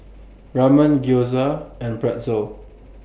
Ramen Gyoza and Pretzel